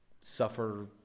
suffer